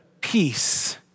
peace